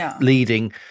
leading